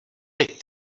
teď